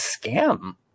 scam